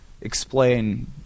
explain